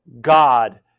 God